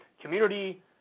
Community